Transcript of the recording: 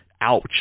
Ouch